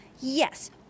Yes